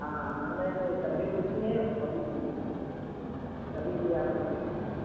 हाँ हाँ नहीं नहीं तब भी मिलती हैं और कभी मिलती हैं कभी भी आप ले सकती हैं